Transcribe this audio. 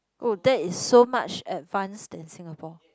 oh that is so much advance than Singapore